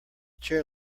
chair